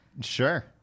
Sure